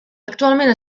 actualment